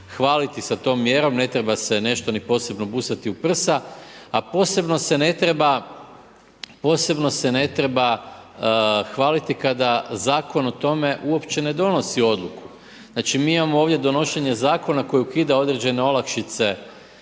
hvaliti sa tom mjerom, ne treba se nešto ni posebno busati u prsa, a posebno se ne treba hvaliti kada zakon o tome uopće ne donosi odluku. Znači mi imamo ovdje donošenje zakona koji ukida određene olakšice